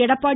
Edappadi